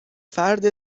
فرد